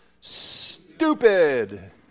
stupid